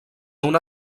una